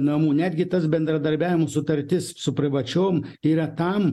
namų netgi tas bendradarbiavimo sutartis su privačiom yra tam